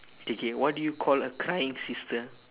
okay okay what do you call a crying sister